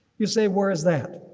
you say whereas that,